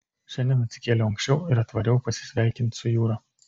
šiandien atsikėliau anksčiau ir atvariau pasisveikint su jūra